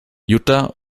jutta